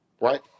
Right